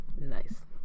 Nice